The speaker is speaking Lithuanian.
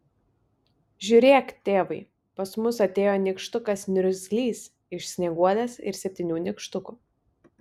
žiūrėk tėvai pas mus atėjo nykštukas niurzglys iš snieguolės ir septynių nykštukų